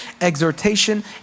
exhortation